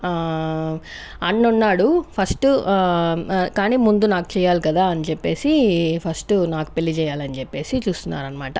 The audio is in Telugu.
అన్ననున్నాడు ఫస్ట్ కానీ ముందు నాకు చేయాలి కదా అని చెప్పేసి ఫస్ట్ నాకు పెళ్ళి చేయాలని చెప్పేసి చూస్తున్నారన్నమాట